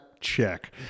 Check